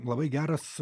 labai geras